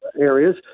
areas